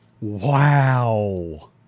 Wow